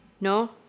No